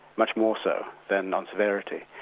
much more so than on severity.